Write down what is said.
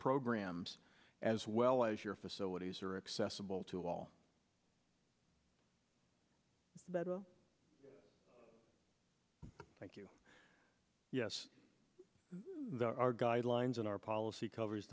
programs as well as your facilities are accessible to all thank you yes there are guidelines in our policy covers